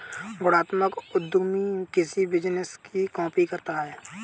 गुणात्मक उद्यमी किसी बिजनेस की कॉपी करता है